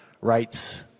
rights